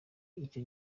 icyo